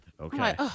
Okay